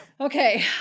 Okay